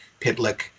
Pitlick